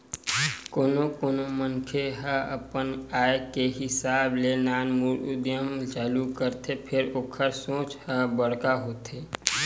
कोनो कोनो मनखे ह अपन आय के हिसाब ले नानमुन उद्यम चालू करथे फेर ओखर सोच ह बड़का होथे